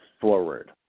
forward